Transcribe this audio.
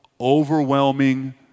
overwhelming